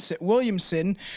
Williamson